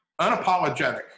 unapologetic